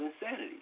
insanity